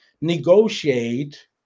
negotiate